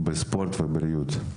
בספורט ובבריאות.